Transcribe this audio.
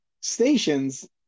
stations